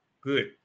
good